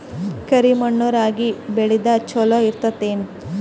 ಕರಿ ಮಣ್ಣು ರಾಗಿ ಬೇಳಿಗ ಚಲೋ ಇರ್ತದ ಏನು?